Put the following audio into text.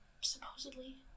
Supposedly